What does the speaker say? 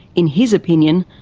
in his opinion,